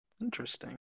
Interesting